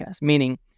meaning